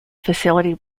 facility